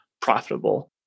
profitable